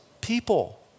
people